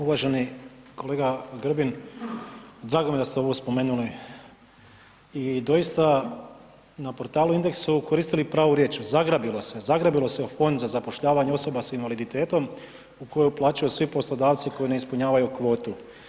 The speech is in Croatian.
Uvaženi kolega Grbin, drago mi je da ste ovo spomenuli i doista na portalu u Indexu koristili pravu riječi „zagrabilo se“, zagrabilo se u Fond za zapošljavanje osoba sa invaliditetom u koji uplaćuju svi poslodavci koji ne ispunjavaju kvotu.